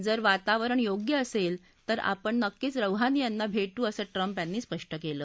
जर वातावरण योग्य असेल तर आपण नक्कीच रौहानी यांना भेटू असं ट्रम्प यांनी स्पष्ट केलं